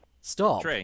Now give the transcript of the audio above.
Stop